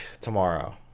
tomorrow